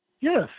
Yes